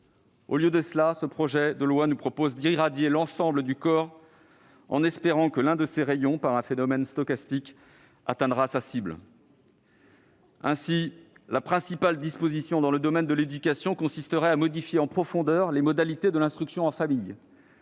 Au lieu de cela, ce projet de loi prévoit d'irradier l'ensemble du corps en espérant que l'un des rayons, par un phénomène stochastique, atteindra la cible. Ainsi, la principale disposition dans le domaine de l'éducation consisterait à modifier en profondeur les modalités de l'instruction en famille